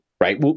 right